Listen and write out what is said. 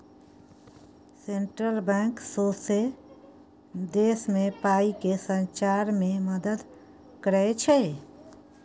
central bank सौंसे देश मे पाइ केँ सचार मे मदत करय छै